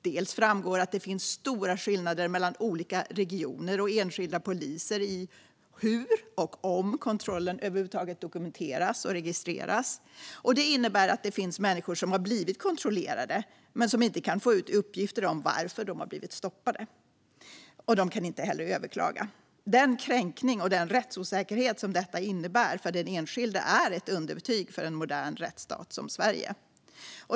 Det framgår att det finns stora skillnader mellan olika regioner och enskilda poliser i hur och om kontrollen över huvud taget dokumenteras och registreras. Det innebär att det finns människor som har blivit kontrollerade men som inte kan få ut uppgifter om varför de har blivit stoppade. De kan heller inte överklaga. Den kränkning och den rättsosäkerhet som detta innebär för den enskilde är ett underbetyg för en modern rättsstat som Sverige.